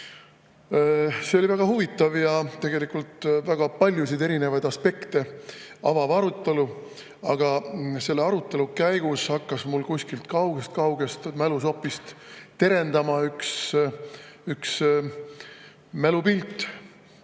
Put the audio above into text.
See oli väga huvitav ja tegelikult väga paljusid erinevaid aspekte avav arutelu. Aga selle arutelu käigus hakkas mul kuskilt kaugest-kaugest mälusopist terendama üks mälupilt.